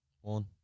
One